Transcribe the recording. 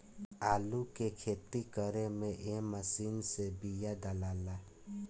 आलू के खेती करे में ए मशीन से बिया डालाला